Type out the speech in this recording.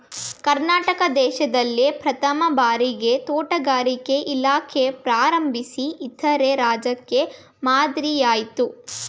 ಕರ್ನಾಟಕ ದೇಶ್ದಲ್ಲೇ ಪ್ರಥಮ್ ಭಾರಿಗೆ ತೋಟಗಾರಿಕೆ ಇಲಾಖೆ ಪ್ರಾರಂಭಿಸಿ ಇತರೆ ರಾಜ್ಯಕ್ಕೆ ಮಾದ್ರಿಯಾಯ್ತು